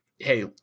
Hey